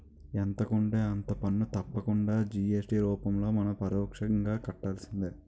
ఎంత కొంటే అంత పన్ను తప్పకుండా జి.ఎస్.టి రూపంలో మనం పరోక్షంగా కట్టాల్సిందే